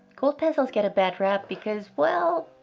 gold pencils get a bad rep because. well.